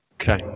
Okay